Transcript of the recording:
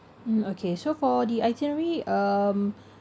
mm okay so for the itinerary um